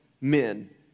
men